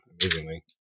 Amazingly